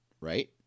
right